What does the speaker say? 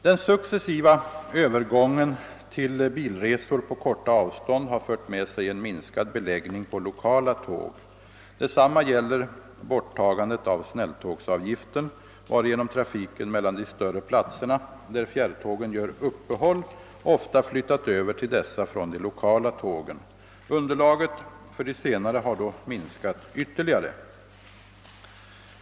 Den successiva övergången till bilresor på korta avstånd har fört med sig en minskad beläggning på lokala tåg: Detsamma gäller borttagandet av snälltågsavgiften, varigenom trafiken mellan de större platserna där fjärrtågen gör uppehåll ofta flyttat över till dessa från de lokala tågen. Underlaget för de senare har då minskat ytterligare.